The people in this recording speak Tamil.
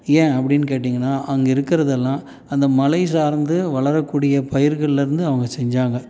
ஏன் அப்படின் கேட்டீங்கன்னா அங்கே இருக்கிறது எல்லாம் அந்த மலை சார்ந்து வளரக்கூடிய பயிர்கள்ல இருந்து அவங்க செஞ்சாங்க